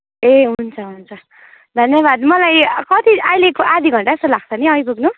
ए हुन्छ हुन्छ धन्यबाद मलाई कति अहिले आधा घन्टा जस्तो लाग्छ नि आइपुग्नु